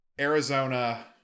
Arizona